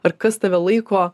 ar kas tave laiko